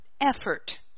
effort